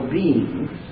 beings